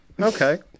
Okay